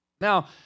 Now